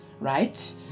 right